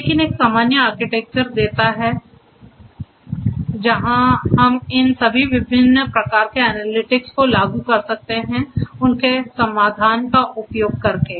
लेकिन एक सामान्य आर्किटेक्चर देता है जहां हम इन सभी विभिन्न प्रकार के एनालिटिक्स को लागू कर सकते हैं उनके समाधान का उपयोग करके